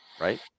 right